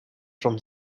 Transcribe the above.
from